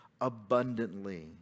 abundantly